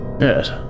Yes